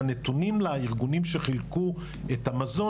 הנתונים לארגונים שחילקו את המזון,